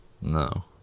No